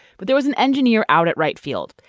but there was an engineer out at right field,